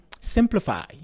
simplify